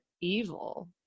evil